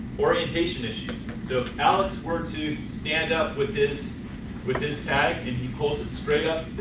orientation issues so alex were to stand up with this with his tag and he pulled it straight up.